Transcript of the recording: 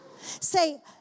Say